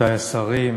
רבותי השרים,